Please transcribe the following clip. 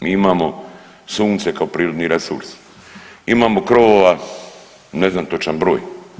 Mi imamo sunce kao prirodni resurs, imamo krovova ne znam točan broj.